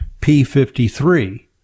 P53